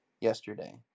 yesterday